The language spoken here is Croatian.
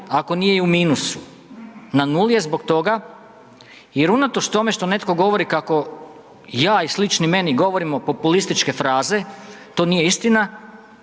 ako nije i u minusu. Na nuli je zbog toga jer unatoč tome što netko govori kako ja i slični meni govorimo populističke fraze, to nije istina,